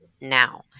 now